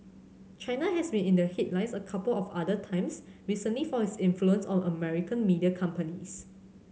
China has been in the headlines a couple of other times recently for its influence on American media companies